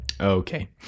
Okay